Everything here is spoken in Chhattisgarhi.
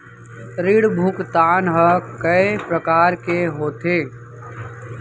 ऋण भुगतान ह कय प्रकार के होथे?